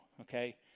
okay